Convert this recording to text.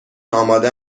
آماده